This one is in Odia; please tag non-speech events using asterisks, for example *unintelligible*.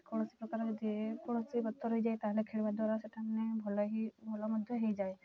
କୌଣସି ପ୍ରକାର ଯେକୌଣସି *unintelligible* ହୋଇଯାଏ ତା'ହେଲେ ଖେଳିବା ଦ୍ୱାରା ସେଇଟା ମାନେ ଭଲ ହୋଇ ଭଲ ମଧ୍ୟ ହୋଇଯାଏ